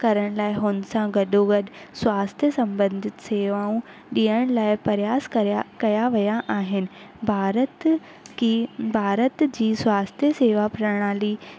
करण लाइ हुनसां गॾो गॾु स्वास्थ्य संबंधित सेवाऊं ॾियण लाइ प्रयास क कया विया आहिनि भारत की भारत जी स्वास्थ्य सेवा प्रणाली